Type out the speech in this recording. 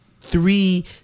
three